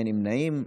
אין נמנעים.